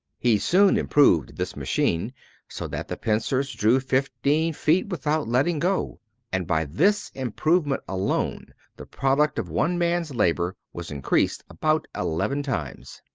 he soon improved this machine so that the pincers drew fifteen feet without letting go and by this improvement alone the product of one man's labor was increased about eleven times.